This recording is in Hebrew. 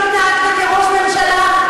לא התנהגת כמו ראש ממשלה,